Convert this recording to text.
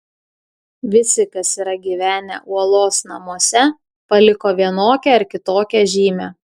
visi kas yra gyvenę uolos namuose paliko vienokią ar kitokią žymę